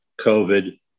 COVID